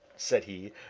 said he,